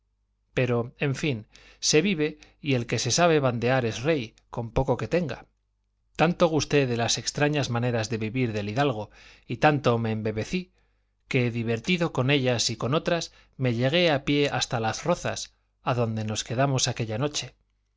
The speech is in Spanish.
pero en fin se vive y el que se sabe bandear es rey con poco que tenga tanto gusté de las extrañas maneras de vivir del hidalgo y tanto me embebecí que divertido con ellas y con otras me llegué a pie hasta las rozas adonde nos quedamos aquella noche